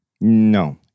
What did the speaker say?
No